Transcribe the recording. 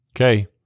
Okay